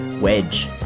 wedge